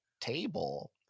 table